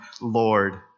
Lord